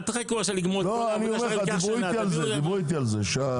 אל תחכו --- דיברו איתי על זה שבאירופה